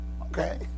Okay